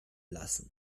lassen